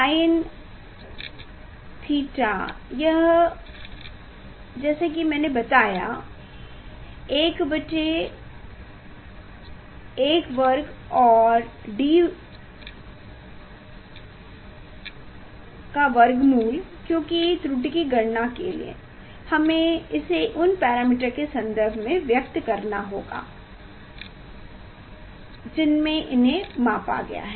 sign theta यह है जैसा कि मैंने आपको बताया एल l बटेएलl वर्ग और d वर्ग का वर्गमूल क्योंकि त्रुटि की गणना के लिए हमें इसे उन पैरामीटर के संदर्भ में व्यक्त करना होगा जिन्हे आपने मापा है